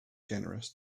generous